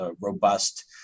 robust